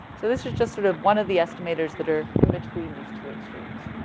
so this is just sort of one of the estimators that are in between these two extremes.